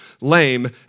lame